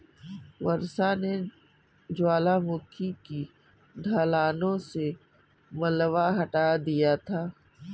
वर्षा ने ज्वालामुखी की ढलानों से मलबा हटा दिया था